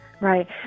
Right